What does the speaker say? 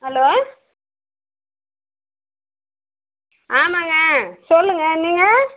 hello ஆமாங்க சொல்லுங்க நீங்கள்